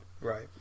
Right